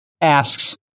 asks